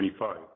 25